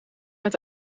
met